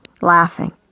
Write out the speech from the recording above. laughing